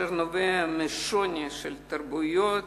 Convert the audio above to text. אשר נובע משוני של תרבויות